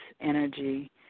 energy